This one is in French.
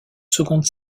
seconde